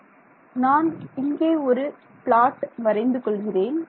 Student நான் இங்கே ஒரு பிளாட் வரைந்து கொள்கிறேன்